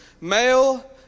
Male